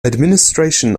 administration